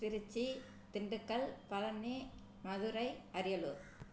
Trichy Dindigul Palani Madurai Ariyalur